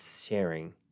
sharing